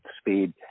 speed